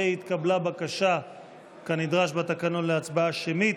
והתקבלה בקשה כנדרש בתקנון להצבעה שמית,